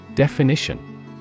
Definition